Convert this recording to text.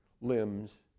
limbs